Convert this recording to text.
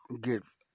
give